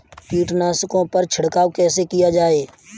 कीटनाशकों पर छिड़काव कैसे किया जाए?